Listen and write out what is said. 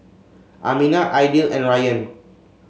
Aminah Aidil and Ryan